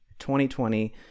2020